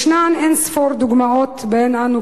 יש אין-ספור דוגמאות שבהן אנו,